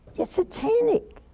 it's satanic!